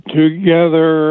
together